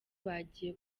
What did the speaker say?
bagiye